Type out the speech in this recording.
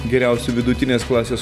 geriausiu vidutinės klasės